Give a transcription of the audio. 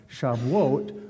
Shavuot